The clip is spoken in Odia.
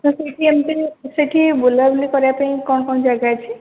ସାର୍ ସେଇଠି ଏମିତି ସେଠି ବୁଲା ବୁଲି କରିବା ପାଇଁ କ'ଣ କ'ଣ ଜାଗା ଅଛି